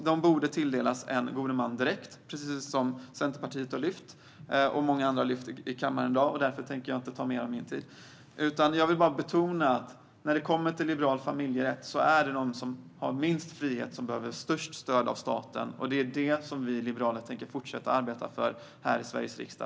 De borde tilldelas en god man på en gång. Eftersom Centerpartiet och många andra redan har tagit upp detta i kammaren i dag tänker jag inte ägna mer tid åt den saken. När det gäller liberal familjerätt vill jag betona att det är de som har minst frihet som behöver mest stöd av staten. Det är detta som vi liberaler tänker fortsätta att arbeta för här i Sveriges riksdag.